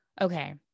Okay